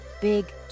big